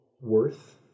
worth